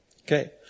Okay